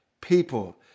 people